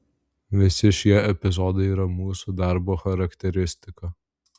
visi šie epizodai yra mūsų darbo charakteristika